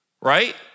right